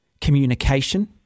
communication